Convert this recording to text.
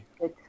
Good